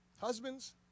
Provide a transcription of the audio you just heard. Husbands